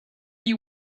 you